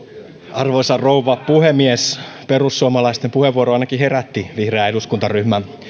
arvoisa rouva puhemies perussuomalaisten puheenvuoro ainakin herätti vihreän eduskuntaryhmän